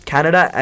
Canada